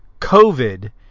covid